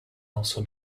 also